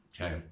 okay